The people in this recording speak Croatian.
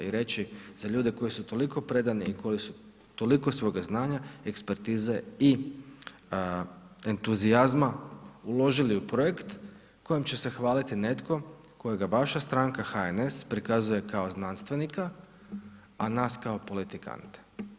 I reći za ljude koji su toliko predani i koji su toliko svoga znanja, ekspertize i entuzijazma uložili u projekt kojim će se hvaliti netko kojega vaša stranka HNS prikazuje kao znanstvenika, a nas kao politikante.